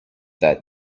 that